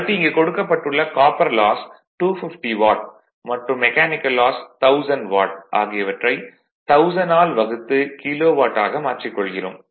அடுத்து இங்கு கொடுக்கப்பட்டுள்ள காப்பர் லாஸ் 250 வாட் மற்றும் மெக்கானிக்கல் லாஸ் 1000 வாட் ஆகியவற்றை 1000 ஆல் வகுத்து கிலோ வாட் ஆக மாற்றிக் கொள்கிறோம்